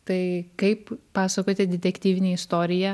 tai kaip pasakoti detektyvinę istoriją